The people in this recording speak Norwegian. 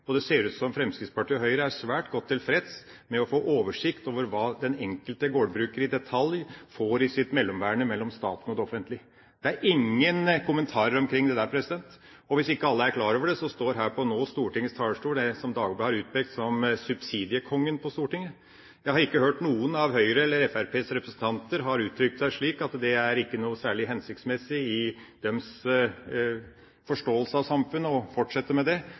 utbetalinger. Det ser ut som om Fremskrittspartiet og Høyre er svært tilfreds med i detalj å få oversikt over hva den enkelte gårdbruker får i sitt mellomværende med staten, det offentlige. Det er ingen kommentarer om dette. Hvis ikke alle er klar over det, står det nå på Stortingets talerstol en som Dagbladet har utpekt som subsidiekongen på Stortinget. Jeg har ikke hørt at noen av Høyres eller Fremskrittspartiets representanter har uttrykt at det ikke er særlig hensiktsmessig – i deres forståelse av samfunnet – å fortsette med det,